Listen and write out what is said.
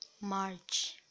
March